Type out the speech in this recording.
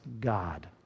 God